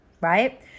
right